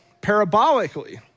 parabolically